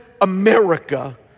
America